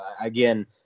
Again